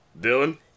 Dylan